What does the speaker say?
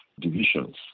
divisions